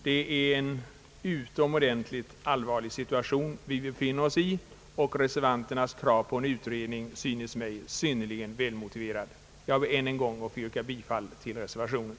Det är en utomordentligt allvarlig situation som vi befinner oss i. Reservanternas krav på en utredning synes mig synnerligen välmotiverat. Jag ber, herr talman, än en gång att få yrka bifall till reservationen.